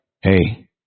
hey